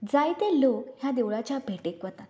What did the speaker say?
जायते लोक ह्या देवळाच्या भेटेक वतात